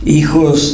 hijos